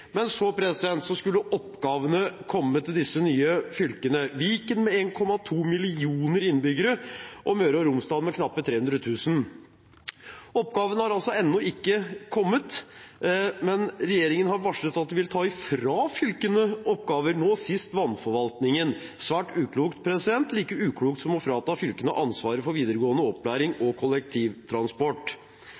så skulle oppgavene komme til disse nye fylkene – til Viken, med 1,2 millioner innbyggere, og Møre og Romsdal, med knappe 300 000. Oppgavene har altså ennå ikke kommet, men regjeringen har varslet at de vil ta fra fylkene oppgaver, nå sist vannforvaltningen. Det er svært uklokt, like uklokt som å frata fylkene ansvaret for videregående opplæring og kollektivtransport.